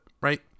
right